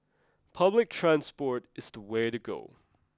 public transport is the way to go